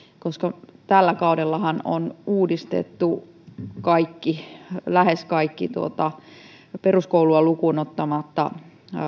koska tällä kaudellahan on uudistettu lähes kaikki asteet peruskoulua lukuun ottamatta